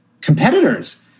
competitors